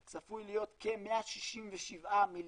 משני המאגרים הללו בלבד צפוי להיות כ-167 מיליארד